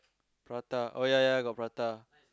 prata oh ya ya got prata